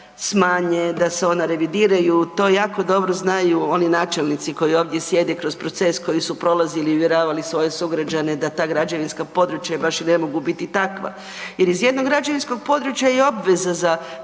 smanje, da se ona revidiraju, to jako dobro znaju oni načelnici koji ovdje sjede kroz proces koji su prolazili i uvjeravali svoje sugrađane da ta građevinska područja baš i ne mogu biti takva. Jer iz jednog građevinskog područja je obveza za